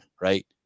right